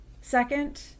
Second